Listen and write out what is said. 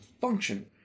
function